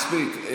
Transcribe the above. מספיק.